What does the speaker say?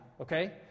okay